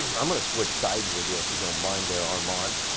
i'm gonna switch sides with you. if you don't mind there armand.